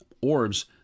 orbs